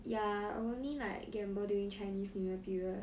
ya I only like gamble during chinese new year period